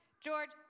George